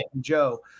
Joe